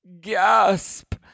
Gasp